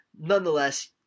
nonetheless